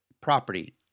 Property